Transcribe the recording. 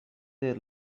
their